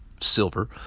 silver